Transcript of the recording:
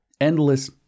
endless